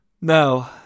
no